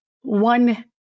one